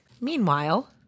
Meanwhile